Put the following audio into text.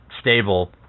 stable